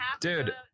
Dude